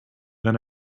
then